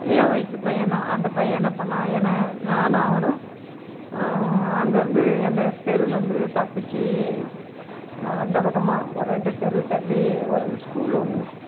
என் வயது பையன் தான் அந்த பையன் என்ன பண்ணிணான் என்ன நானும் அவனும் அங்கேருந்து எங்கள் தெருவுலிருந்து தப்பிச்சு அந்தப்பக்கமாக ஒரு ரெண்டு தெரு தள்ளி ஒரு ஸ்கூல் ஒன்று இருக்குது